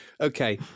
okay